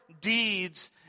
deeds